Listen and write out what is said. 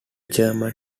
german